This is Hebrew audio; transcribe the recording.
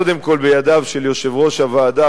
קודם כול בידיו של יושב-ראש הוועדה,